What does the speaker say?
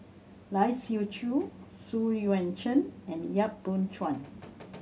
Lai Siu Chiu Xu Yuan Zhen and Yap Boon Chuan